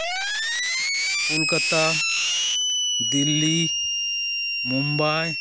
Kolkata Delhi Mumbai